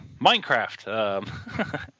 Minecraft